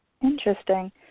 Interesting